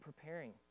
preparing